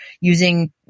using